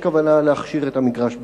אבל האם יש כוונה להכשיר את המגרש בקרוב?